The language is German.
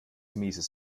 mieses